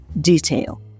detail